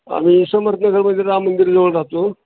आम्ही समर्थनगरमधील राम मंदिर जवळ राहातो